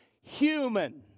human